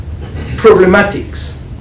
problematics